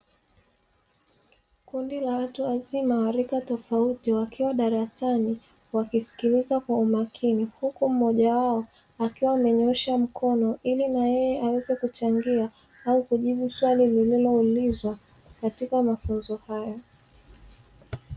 Kundi la watu wazima wa rika tofauti wakiwa darasani wakisikiliza kwa umakini, huku mmoja wao akiwa amenyoosha mkono ili na yeye aweze kuchangia au kujibu swali lililoulizwa katika mafunzo hayo.